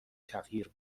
تغییر